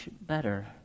better